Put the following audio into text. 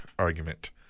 argument